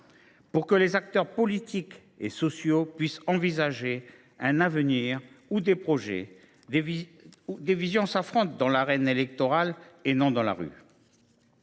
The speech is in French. pour que les acteurs politiques et sociaux puissent envisager un avenir où des projets et des visions s’affrontent dans l’arène électorale et non dans la rue.